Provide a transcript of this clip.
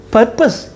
Purpose